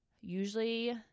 usually